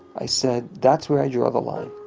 i said, that's where i draw the line,